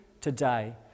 today